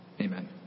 Amen